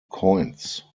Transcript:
coins